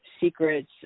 secrets